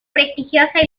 prestigiosa